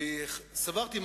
סברתי,